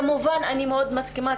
כמובן אני מסכימה מאוד,